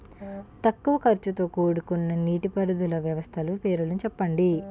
తక్కువ ఖర్చుతో కూడుకున్న నీటిపారుదల వ్యవస్థల పేర్లను తెలపండి?